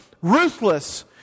ruthless